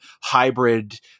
hybrid